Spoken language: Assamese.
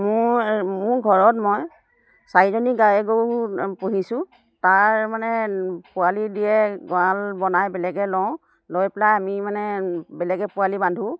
মোৰ মোৰ ঘৰত মই চাৰিজনী গাইগৰু পুহিছোঁ তাৰ মানে পোৱালি দিয়ে গড়াল বনাই বেলেগে লওঁ লৈ পেলাই আমি মানে বেলেগে পোৱালি বান্ধোঁ